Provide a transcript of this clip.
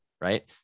right